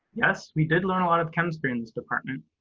yes, we did learn a lot of chemistry in this department,